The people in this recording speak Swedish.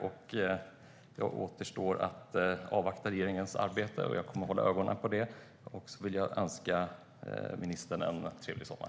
För mig återstår att avvakta regeringens arbete; jag kommer att hålla ögonen på det. Jag vill också önska ministern en trevlig sommar.